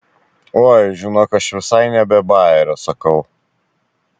oi žinok aš visai ne be bajerio sakau